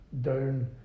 down